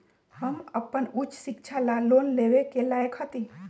हम अपन उच्च शिक्षा ला लोन लेवे के लायक हती?